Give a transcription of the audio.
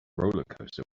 rollercoaster